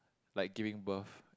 like giving birth